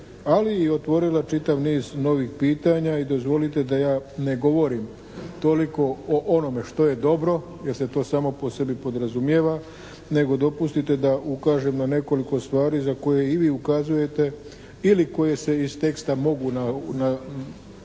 ali i otvorila čitav niz novih pitanja i dozvolite da ja ne govorim toliko o onome što je dobro jer se to samo po sebi podrazumijeva, nego dopustite da ukažem na nekoliko stvari za koje i vi ukazujete ili koje se iz teksta mogu između